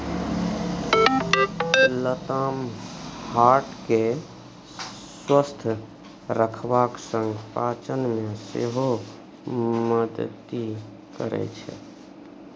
लताम हार्ट केँ स्वस्थ रखबाक संग पाचन मे सेहो मदति करय छै